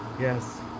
Yes